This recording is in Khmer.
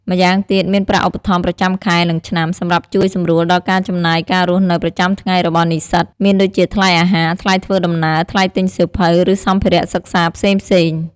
ម្យ៉ាងទៀត មានប្រាក់ឧបត្ថម្ភប្រចាំខែ និងឆ្នាំ សម្រាប់ជួយសម្រួលដល់ការចំណាយការរស់នៅប្រចាំថ្ងៃរបស់និស្សិត មានដូចជាថ្លៃអាហារ ថ្លៃធ្វើដំណើរ ថ្លៃទិញសៀវភៅ ឬសម្ភារៈសិក្សាផ្សេងៗ។